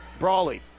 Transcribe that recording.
Brawley